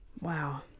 Wow